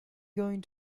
going